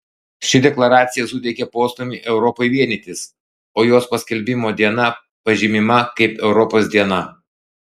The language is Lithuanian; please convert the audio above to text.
ši deklaracija suteikė postūmį europai vienytis o jos paskelbimo diena pažymima kaip europos diena